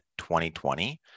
2020